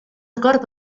acord